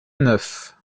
neuf